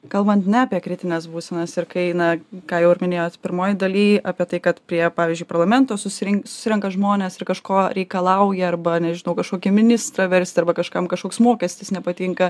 kalbant na apie kritines būsenas ir kai na ką jau ir minėjot pirmoj daly apie tai kad prie pavyzdžiui parlamento susirin susirenka žmonės ir kažko reikalauja arba nežinau kažkokį ministrą versti arba kažkam kažkoks mokestis nepatinka